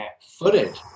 Footage